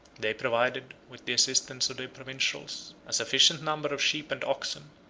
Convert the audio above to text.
they provided, with the assistance of the provincials, a sufficient number of sheep and oxen,